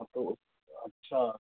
हाँ तो अच्छा